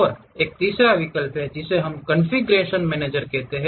और एक तीसरा विकल्प है जिसे हम कॉन्फ़िगरेशन मैनेजर कहते हैं